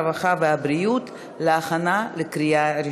הרווחה והבריאות נתקבלה.